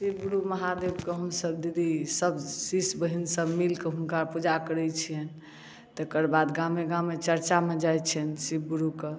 शिवगुरु महादेवके हमसब दीदी सब शिष्य बहिन सब मिलके हुनका पूजा करै छिअनि तकर बाद गामे गामे चर्चामे जाइ छिअनि शिव गुरुके